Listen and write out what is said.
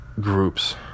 groups